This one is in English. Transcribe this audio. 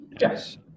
yes